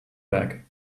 back